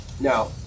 Now